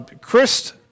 Chris